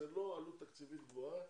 זה לא עלות תקציבית גבוהה,